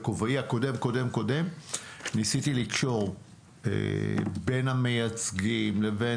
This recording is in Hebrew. בכובעי הקודם-קודם-קודם ניסיתי לקשור בין המייצגים לבין